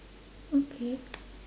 okay